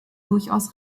durchaus